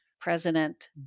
President